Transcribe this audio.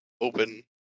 open